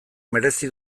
merezi